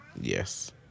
Yes